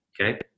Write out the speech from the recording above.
Okay